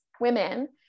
women